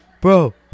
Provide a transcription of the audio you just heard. bro